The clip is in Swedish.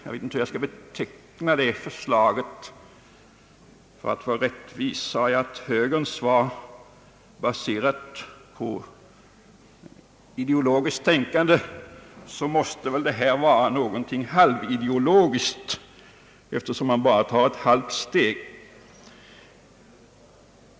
Jag vet inte hur jag skall beteckna detta förslag för att vara rättvis. Om högerns svar var baserat på ideologiskt tänkande, så måste väl detta vara någonting halvideologiskt, eftersom man bara tar ett halvt steg.